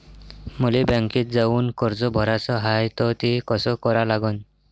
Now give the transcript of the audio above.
मले बँकेत जाऊन कर्ज भराच हाय त ते कस करा लागन?